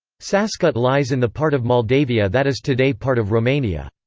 sascut lies in the part of moldavia that is today part of romania.